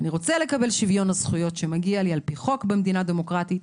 אני רוצה לקבל שוויון הזכויות שמגיע לי על פי חוק במדינה דמוקרטית,